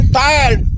tired